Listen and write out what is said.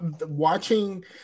watching